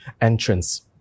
entrance